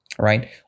Right